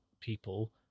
people